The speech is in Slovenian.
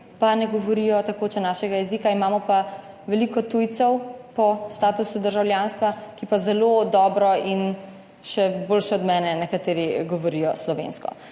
pa ne govorijo tekoče našega jezika, imamo pa veliko tujcev po statusu državljanstva, ki pa zelo dobro in še boljše od mene nekateri govorijo slovensko.